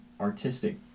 artistic